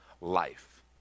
life